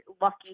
lucky